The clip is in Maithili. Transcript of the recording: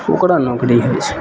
ओकरा नौकरी होइ छै